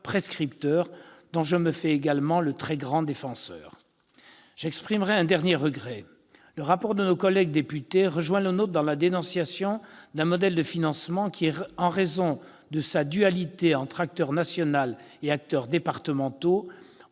mesure dont je me fais également le très grand défenseur. J'exprimerai un dernier regret. Le rapport de nos collègues députés rejoint le nôtre dans la dénonciation d'un modèle de financement qui, en raison de sa dualité entre acteur national et acteurs départementaux,